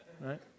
right